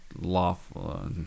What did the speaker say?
lawful